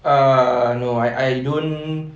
err no I I don't